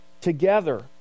together